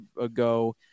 ago